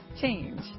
change